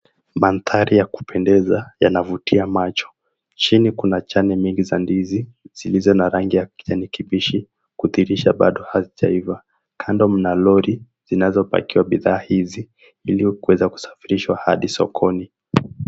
Mandhari ya kupendeza yanavutia macho. Chini kuna chane mingi za ndizi zilizo na rangi ya kijani kibichi kudhihirisha bado hazijaiva. Kando mna lori zinazopakiwa bidhaa hizi ilikuweza kusafirishwa hadi sokoni.